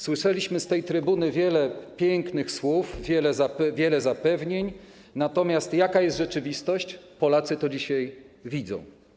Słyszeliśmy z tej trybuny wiele pięknych słów, wiele zapewnień, natomiast jaka jest rzeczywistość, Polacy dzisiaj widzą.